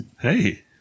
Hey